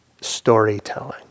Storytelling